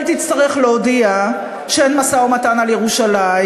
תצטרך להודיע שאין משא-ומתן על ירושלים,